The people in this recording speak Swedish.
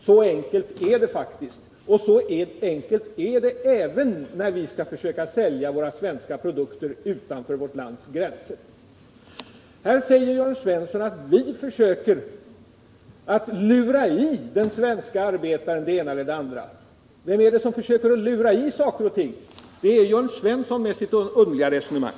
Så enkelt är det faktiskt, och så enkelt är det även när vi skall försöka sälja våra produkter utanför vårt lands gränser. Jörn Svensson säger att vi försöker lura i de svenska arbetarna det ena och det andra. Vem är det som försöker lura i dem saker och ting? Jo, det är Jörn Svensson med sitt underliga skrivbordsresonemang.